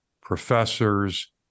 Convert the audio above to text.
professors